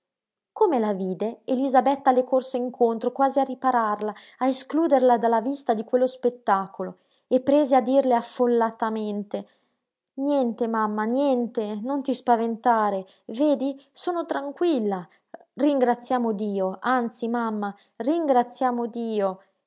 come la vide elisabetta le corse incontro quasi a ripararla a escluderla dalla vista di quello spettacolo e prese a dirle affollatamente niente mamma niente non ti spaventare vedi sono tranquilla ringraziamo dio anzi mamma ringraziamo dio